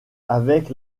avec